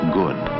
good